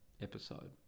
episode